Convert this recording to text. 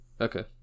Okay